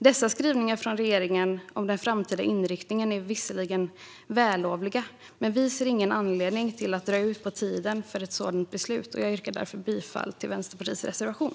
Dessa skrivningar från regeringen om den framtida inriktningen är visserligen vällovliga, men vi ser ingen anledning till att dra ut på tiden för ett sådant beslut. Jag yrkar därför bifall till Vänsterpartiets reservation.